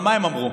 מה הם אמרו?